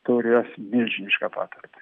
turės milžinišką patirtį